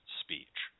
speech